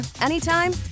anytime